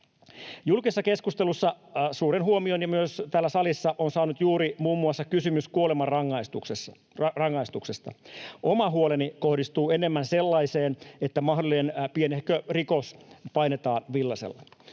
Julkisessa keskustelussa ja myös täällä salissa suuren huomion on saanut juuri muun muassa kysymys kuolemanrangaistuksesta. Oma huoleni kohdistuu enemmän sellaiseen, että mahdollinen pienehkö rikos painetaan villaisella.